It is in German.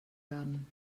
werden